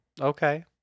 Okay